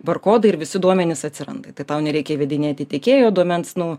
bar kodą ir visi duomenys atsiranda tai tau nereikia įvedinėti tiekėjo duomens nu